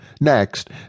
Next